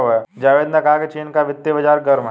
जावेद ने कहा कि चीन का वित्तीय बाजार गर्म है